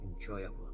enjoyable